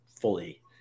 fully